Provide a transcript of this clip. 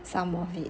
some of it